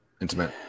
intimate